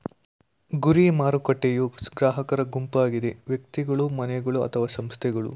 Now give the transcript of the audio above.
ಗುರಿ ಮಾರುಕಟ್ಟೆಯೂ ಗ್ರಾಹಕರ ಗುಂಪಾಗಿದೆ ವ್ಯಕ್ತಿಗಳು, ಮನೆಗಳು ಅಥವಾ ಸಂಸ್ಥೆಗಳು